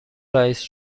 رئیس